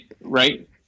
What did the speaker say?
right